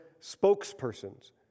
spokesperson's